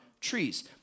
trees